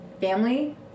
family